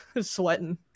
sweating